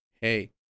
hey